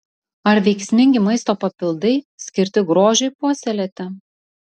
ar veiksmingi maisto papildai skirti grožiui puoselėti